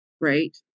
Right